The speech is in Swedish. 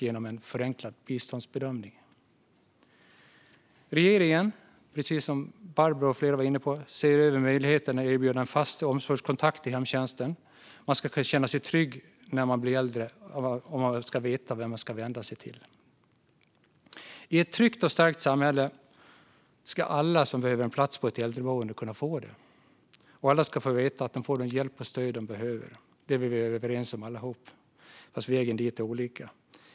Som Barbro Westerholm och flera har varit inne på ser regeringen också över möjligheten att erbjuda en fast omsorgskontakt i hemtjänsten. När man blir äldre ska man känna sig trygg i att veta vem man ska vända sig till. I ett tryggt och starkt samhälle ska alla som behöver en plats på ett äldreboende kunna få det. Alla ska veta att de får den hjälp och det stöd som de behöver. Det är vi alla överens om, fast vägen dit ser olika ut.